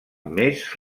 més